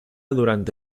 durante